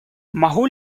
могу